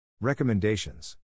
Recommendations